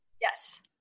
Yes